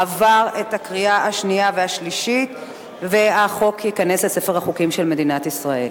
עבר בקריאה שנייה ושלישית וייכנס לספר החוקים של מדינת ישראל.